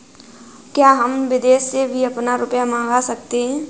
क्या हम विदेश से भी अपना रुपया मंगा सकते हैं?